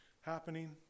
happening